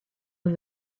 are